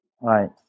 Right